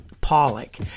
Pollock